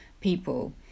people